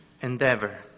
endeavor